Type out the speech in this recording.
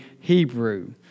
Hebrew